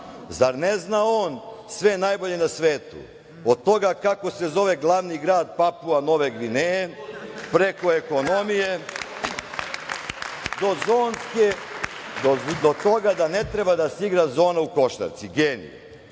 Zar ne zna on sve najbolje na svetu, od toga kako se zove glavni grad Papua Nove Gvineje, preko ekonomije do toga da ne treba da se igra zona u košarci? Genije. Šteta